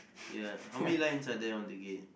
ya how many lines are there on the gate